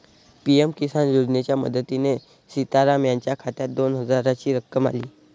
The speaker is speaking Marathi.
पी.एम किसान योजनेच्या मदतीने सीताराम यांच्या खात्यात दोन हजारांची रक्कम आली